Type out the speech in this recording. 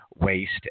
waste